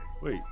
Wait